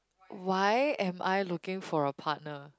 why am I looking for a partner